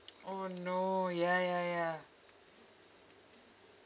oh no ya ya ya